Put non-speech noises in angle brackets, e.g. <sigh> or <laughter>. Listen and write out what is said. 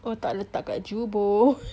otak letak kat juboh <laughs>